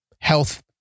health